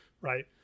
right